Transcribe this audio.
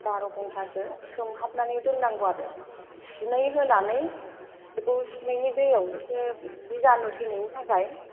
बार' घन्टासो सोमहाबनानै दोन नांगौ आरो सुनै होनानै बेखौ सुनैनि दैयावसो बिजानु थैनायनि थाखाय